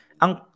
Ang